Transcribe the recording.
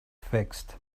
fixed